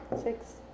Six